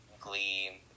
glee